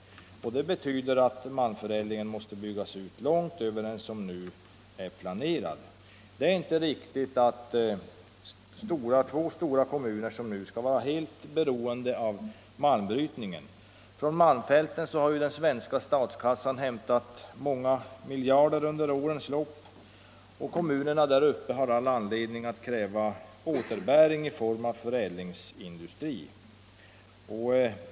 Det betyder att malmförädlingen måste byggas ut långt över vad som nu är planerat. Det är inte riktigt, som det nu är, att två stora kommuner skall vara helt beroende av malmbrytningen. Från malmfälten har ju den svenska statskassan hämtat många miljarder under årens lopp, och kommunerna där uppe har rätt att kräva återbäring i form av förädlingsindustri.